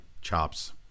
chops